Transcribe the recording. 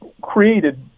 created